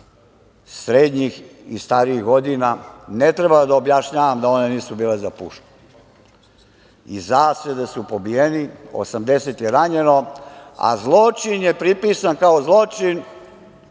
srednjih i starijih godina, ne treba da objašnjavam da one nisu bile za pušku. Iz zasede su pobijeni, 80 je ranjeno, a zločin je pripisan kao zločin